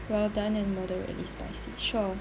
well done and moderately spicy sure